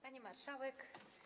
Pani Marszałek!